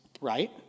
right